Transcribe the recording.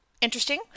interesting